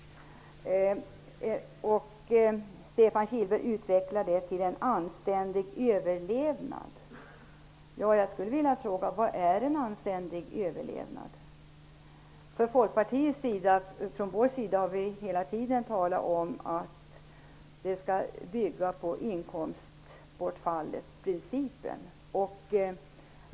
Stefan Kihlberg talade om en anständig överlevnad. Jag vill då fråga: Vad innebär en anständig överlevnad? Vi i Folkpartiet har hela tiden talat om att systemet skall bygga på inkomstbortfallsprincipen.